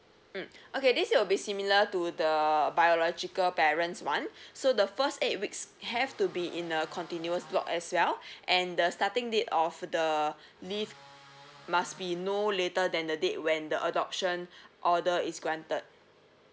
mm okay this will be similar to the biological parents [one] so the first eight weeks have to be in a continuous block as well and the starting date of the leave must be no later than the date when the adoption order is granted